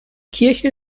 kirche